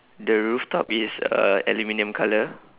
the rooftop is a aluminium colour